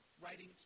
writing